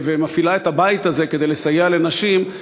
ומפעילה את הבית הזה כדי לסייע לנשים,